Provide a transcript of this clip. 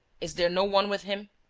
is there no one with him?